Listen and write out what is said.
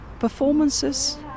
performances